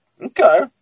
Okay